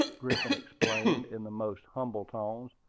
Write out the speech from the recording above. griffin explained, in the most humble tones.